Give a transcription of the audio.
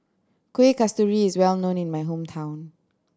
Kueh Kasturi is well known in my hometown